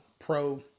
pro